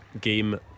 game